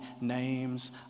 names